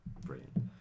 brilliant